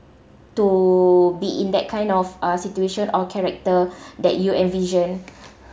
to be in that kind of uh situation or character that you envision